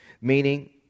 meaning